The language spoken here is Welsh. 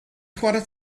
chwarae